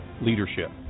leadership